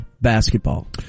basketball